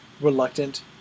reluctant